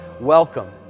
welcome